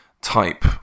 type